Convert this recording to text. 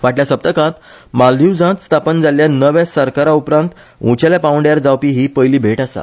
फाटल्या सप्तकांत मालदिव्जसांत स्थापन जाल्ल्या नव्या सरकारा उपरांत उंचेल्या पांवड्यार जावपी हि पयली भेट आसा